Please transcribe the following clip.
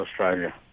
Australia